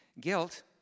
Guilt